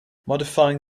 modifying